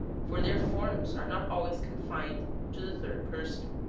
for their forms are not always confined to the third person.